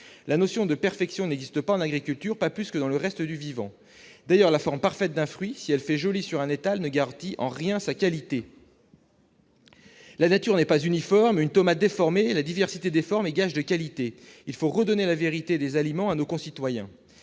La notion de perfection n'existe pas en agriculture, pas plus que dans le reste du vivant. D'ailleurs, la forme parfaite d'un fruit, si elle fait joli sur un étal, ne garantit en rien sa qualité. La nature n'est pas uniforme ; ainsi, une tomate peut être déformée. Bien plus, la diversité des formes est gage de qualité. Il faut redonner, en quelque sorte, la vérité des aliments à nos concitoyens